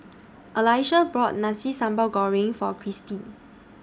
Alesha bought Nasi Sambal Goreng For Christie